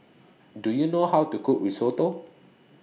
Do YOU know How to Cook Risotto